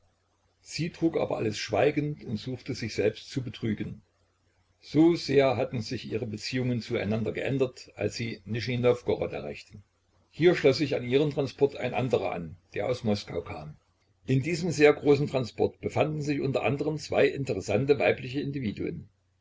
sie trug aber alles schweigend und suchte sich selbst zu betrügen so sehr hatten sich ihre beziehungen zueinander geändert als sie nischnij nowgorod erreichten hier schloß sich an ihren transport ein anderer an der aus moskau kam in diesem sehr großen transport befanden sich unter anderm zwei interessante weibliche individuen